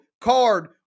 Card